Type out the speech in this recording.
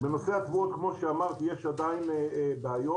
בנושא התבואות יש עדיין בעיות.